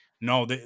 no